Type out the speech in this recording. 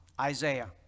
Isaiah